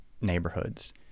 neighborhoods